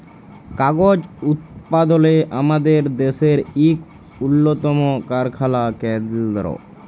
কাগজ উৎপাদলে আমাদের দ্যাশের ইক উল্লতম কারখালা কেলদ্র